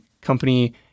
company